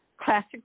classic